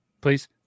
please